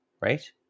right